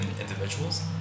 individuals